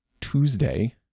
Tuesday